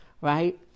right